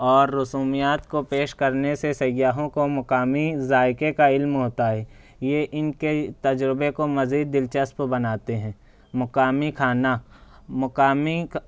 اور رسومیات کو پیش کرنے سے سیاحوں کو مقامی ذائقوں کا علم ہوتا ہے یہ ان کے تجربے کو مزید دلچسپ بناتے ہے مقامی کھانا مقامی